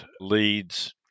leads